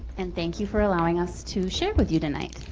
and thank you for allowing us to share with you tonight.